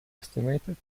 estimated